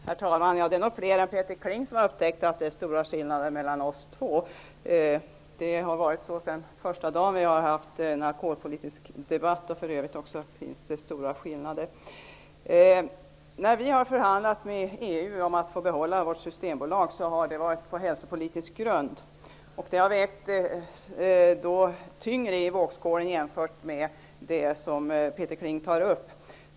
Herr talman! Det är nog fler än Peter Kling som har upptäckt att det är stora skillnader mellan oss två. Det har varit så sedan den första dag vi hade en alkoholpolitisk debatt. I övrigt finns det också stora skillnader. När vi har förhandlat med EU om att få behålla vårt Systembolag har vi gjort det på hälsopolitisk grund. Det har vägt tyngre i vågskålen än det som Peter Kling tar upp.